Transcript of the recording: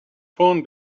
torn